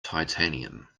titanium